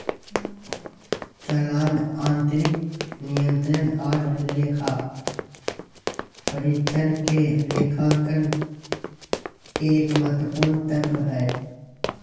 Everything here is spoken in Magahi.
चालान आंतरिक नियंत्रण आर लेखा परीक्षक के लेखांकन के एक महत्वपूर्ण तत्व हय